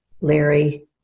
Larry